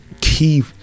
key